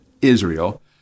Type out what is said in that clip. Israel